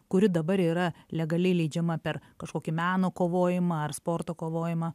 kuri dabar yra legaliai leidžiama per kažkokį meno kovojimą ar sporto kovojimą